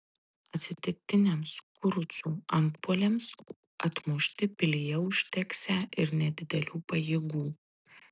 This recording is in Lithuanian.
atsitiktiniams kurucų antpuoliams atmušti pilyje užteksią ir nedidelių pajėgų